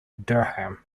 durham